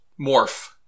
morph